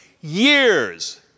years